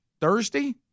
Thursday